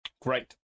Great